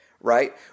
right